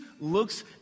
looks